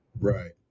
Right